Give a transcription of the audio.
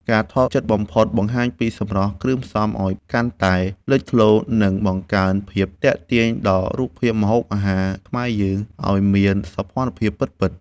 ការថតជិតបំផុតបង្ហាញពីសម្រស់គ្រឿងផ្សំឱ្យកាន់តែលេចធ្លោ និង បង្កើនភាពទាក់ទាញដល់រូបភាពម្ហូបអាហារខ្មែរយើងឱ្យមានសោភ័ណភាពពិតៗ។